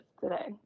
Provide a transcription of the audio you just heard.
today